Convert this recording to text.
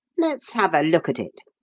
let's have a look at it,